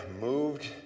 moved